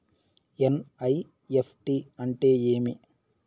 NEFT అంటే ఏమి